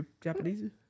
Japanese